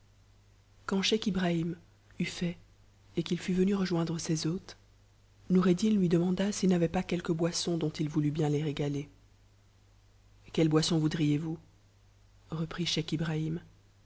quand scheich ibrahim eut fait et qu'il fut venu rejoindre ses hôtes om'eddin lui demanda s'il n'avait pas quelque boisson dont il voulût bien les l'égaler quelle boisson voudriez-vous reprit scheich ibrahim